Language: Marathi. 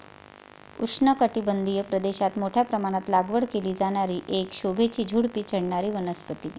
उष्णकटिबंधीय प्रदेशात मोठ्या प्रमाणात लागवड केली जाणारी एक शोभेची झुडुपी चढणारी वनस्पती